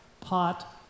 pot